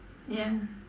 ya